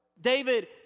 David